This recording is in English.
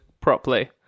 properly